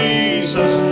Jesus